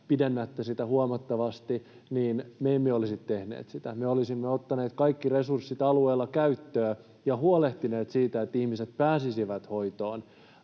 pidennätte enimmäisaikaa huomattavasti. Me emme olisi tehneet sitä. Me olisimme ottaneet kaikki resurssit alueella käyttöön ja huolehtineet siitä, että ihmiset pääsisivät hoitoon